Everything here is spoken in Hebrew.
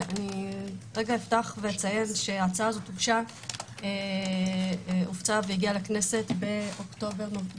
אציין שההצעה הזו הוגשה והופצה לכנסת באוקטובר.